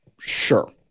sure